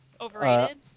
overrated